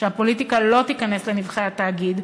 שהפוליטיקה לא תיכנס לנבכי התאגיד,